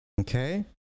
okay